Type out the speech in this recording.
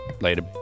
Later